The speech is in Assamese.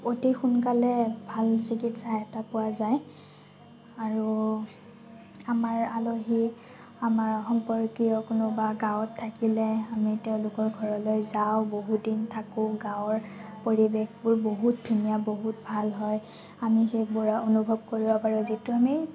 অতি সোনকালে ভাল চিকিৎসা এটা পোৱা যায় আৰু আমাৰ আলহী আমাৰ সম্পৰ্কীয় কোনোবা গাঁৱত থাকিলে আমি তেওঁলোকৰ ঘৰলৈ যাওঁ বহুতদিন থাকোঁ গাঁৱৰ পৰিৱেশবোৰ বহুত ধুনীয়া বহুত ভাল হয় আমি সেইবোৰৰ অনুভৱ কৰিব পাৰোঁ যিটো আমি